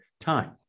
time